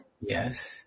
Yes